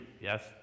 Yes